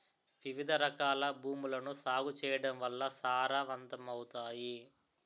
వివిధరకాల భూములను సాగు చేయడం వల్ల సారవంతమవుతాయి